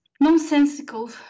nonsensical